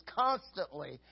constantly